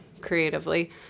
creatively